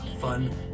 fun